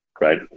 right